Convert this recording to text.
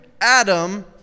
Adam